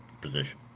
position